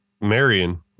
Marion